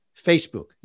Facebook